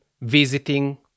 visiting